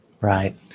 Right